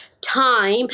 time